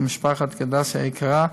למשפחת גדסי היקרה,